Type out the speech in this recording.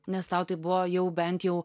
nes tau tai buvo jau bent jau